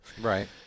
Right